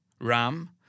Ram